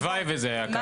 הלוואי וזה היה ככה.